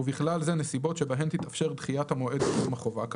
ובכלל זה נסיבות שבהן תתאפשר דחיית המועד לקיום החובה כאמור,